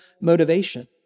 motivation